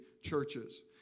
churches